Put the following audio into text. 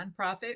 nonprofit